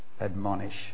Admonish